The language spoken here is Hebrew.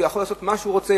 שהוא יכול לעשות מה שהוא רוצה,